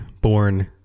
born